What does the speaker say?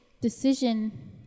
decision